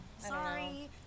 Sorry